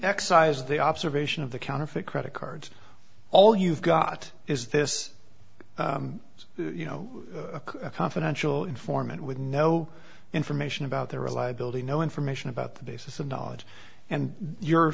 excise the observation of the counterfeit credit cards all you've got is this you know a confidential informant with no information about the reliability no information about the basis of knowledge and your